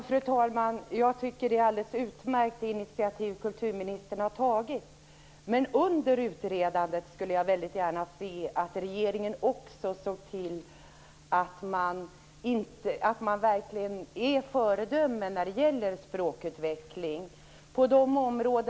Fru talman! Det är ett alldeles utmärkt initiativ som kulturministern har tagit. Men under tiden som det utreds skulle jag gärna vilja se att regeringen verkligen är ett föredöme när det gäller språkutveckling.